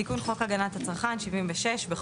תיקון חוק הגנת הצרכן סעיף 76. תיקון